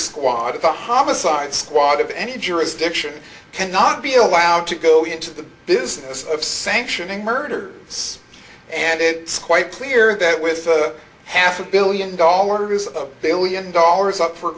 squad the homicide squad of any jurisdiction cannot be allowed to go into the business of sanctioning murder and it quite clear that with half a billion dollars of billion dollars up for